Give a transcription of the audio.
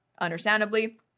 understandably